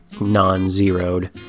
non-zeroed